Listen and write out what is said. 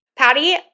Patty